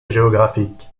géographique